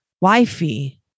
wifey